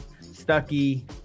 Stucky